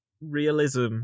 realism